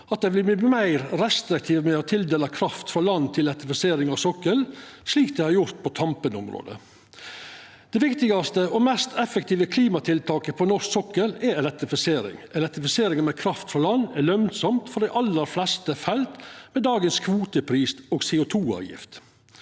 verta meir restriktive med å tildela kraft frå land til elektrifisering av sokkelen, slik dei har gjort på Tampenområdet. Det viktigaste og mest effektive klimatiltaket på norsk sokkel er elektrifisering. Elektrifisering med kraft frå land er lønsamt for dei aller fleste felt med dagens kvotepris og CO2-avgift.